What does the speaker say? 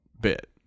bit